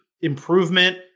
improvement